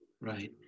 Right